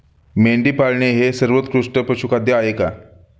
मेंढी पाळणे हे सर्वोत्कृष्ट पशुखाद्य आहे का?